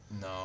No